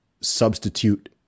substitute